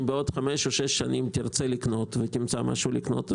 אם בעוד חמש-שש שנים תרצה לקנות ותמצא משהו לקנות,